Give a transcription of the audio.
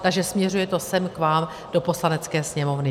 Takže směřuje to sem k vám, do Poslanecké sněmovny.